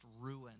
ruined